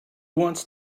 wants